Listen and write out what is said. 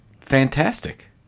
fantastic